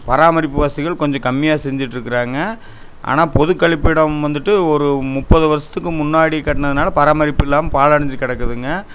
பராமரிப்பு வசதிகள் கொஞ்சம் கம்மியாக செஞ்சிட்ருக்கிறாங்க ஆனால் பொதுக்கழிப்பிடம் வந்துவிட்டு ஒரு முப்பது வருஷத்துக்கு முன்னாடி கட்டுனதுனால் பராமரிப்பு இல்லாமல் பாழடைஞ்சு கிடக்குதுங்க